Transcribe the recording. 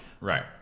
Right